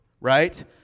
right